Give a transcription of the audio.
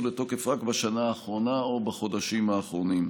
לתוקף רק בשנה האחרונה או בחודשים האחרונים.